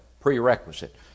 prerequisite